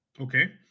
Okay